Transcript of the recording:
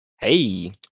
Hey